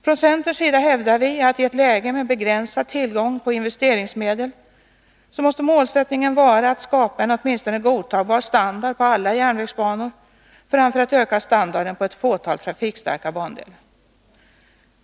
Från centerns sida hävdar vi att i ett läge med begränsad tillgång på investeringsmedel måste målsättningen vara att skapa en åtminstone godtagbar standard på alla järnvägsbanor framför att öka standarden på ett fåtal trafikstarka bandelar.